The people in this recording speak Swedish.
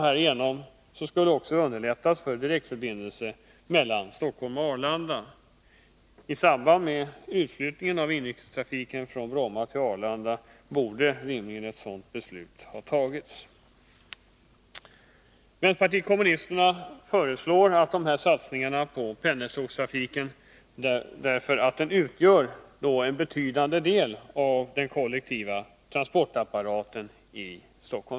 Härigenom underlättas en direktförbindelse mellan Stockholm och Arlanda. I samband med utflyttningen av inrikestrafiken från Bromma till Arlanda borde rimligen ett sådant beslut ha fattats. Vänsterpartiet kommunisterna föreslår dessa satsningar på pendeltågstrafiken därför att den utgör en betydande del av den kollektiva transportapparaten i länet.